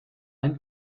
ein